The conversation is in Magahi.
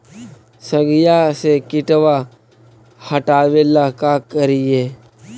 सगिया से किटवा हाटाबेला का कारिये?